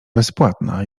bezpłatna